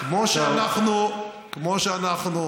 כמו שאנחנו קיבלנו